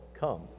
Come